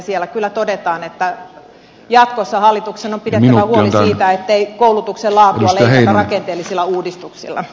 siellä kyllä todetaan että jatkossa hallituksen on pidettävä huoli siitä ettei koulutuksen laatua leikata rakenteellisilla uudistuksilla